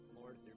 Lord